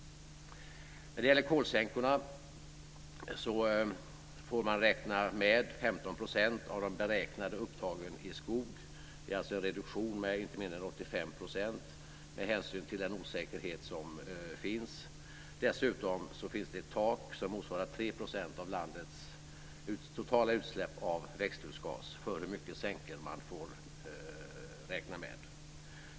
När det gäller kolsänkorna får man räkna med 15 % av de beräknade upptagen i skog. Det är alltså en reduktion med inte mindre än 85 % med hänsyn till den osäkerhet som finns. Dessutom finns det ett tak som motsvarar 3 % av landets totala utsläpp av växthusgas för hur mycket sänkor man får räkna med.